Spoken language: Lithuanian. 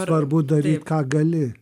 svarbu daryt ką gali